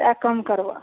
कतेक कम करबो